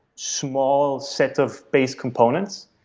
small set of base components,